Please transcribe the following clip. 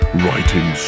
writing